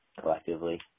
Collectively